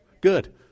Good